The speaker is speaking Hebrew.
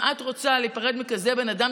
אם את רוצה להיפרד מכזה בן אדם,